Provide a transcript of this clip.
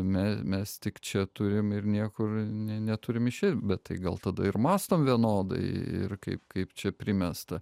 mes tik čia turim ir niekur neturim išvis bet tai gal tada ir mąstom vienodai ir kaip kaip čia primesta